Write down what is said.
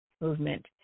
movement